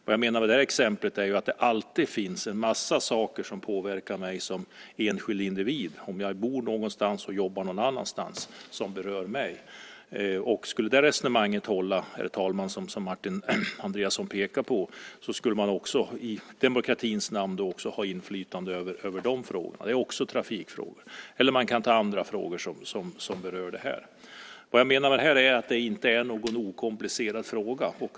Vad jag menar med det exemplet är att det alltid är en massa saker som påverkar mig som enskild individ och som berör mig om jag bor på ett ställe och jobbar någon annanstans. Skulle det resonemang hålla som Martin Andreasson pekar på skulle man, herr talman, i demokratins namn också ha inflytande över de frågorna - trafikfrågor eller andra frågor som berör det här. Med detta menar jag att det här inte är en okomplicerad fråga.